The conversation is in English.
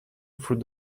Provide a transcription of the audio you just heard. through